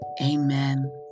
Amen